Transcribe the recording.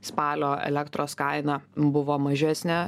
spalio elektros kaina buvo mažesnė